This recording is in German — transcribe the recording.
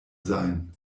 sein